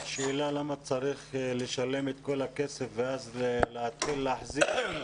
השאלה למה צריך לשלם את כל הכסף ואז להתחיל להחזיר.